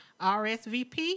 RSVP